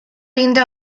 rinde